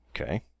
okay